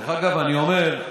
דרך אגב, אני אומר,